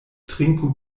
trinku